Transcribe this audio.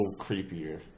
creepier